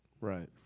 Right